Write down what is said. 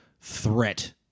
threat